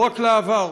לא רק לעבר.